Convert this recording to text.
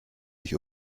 dich